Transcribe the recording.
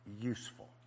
useful